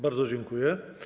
Bardzo dziękuję.